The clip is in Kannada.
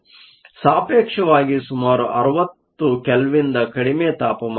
ಆದ್ದರಿಂದ ಸಾಪೇಕ್ಷವಾಗಿ ಸುಮಾರು 60 ಕೆಲ್ವಿನ್ದ ಕಡಿಮೆ ತಾಪಮಾನದಲ್ಲಿದೆ